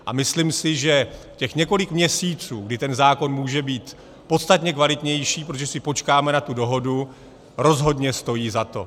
A myslím si, že těch několik měsíců, kdy ten zákon může být podstatně kvalitnější, protože si počkáme na tu dohodu, rozhodně stojí za to.